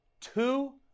two